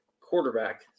quarterback